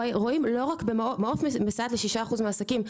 מעוף מסייעת ל-6% מהעסקים,